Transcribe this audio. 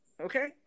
Okay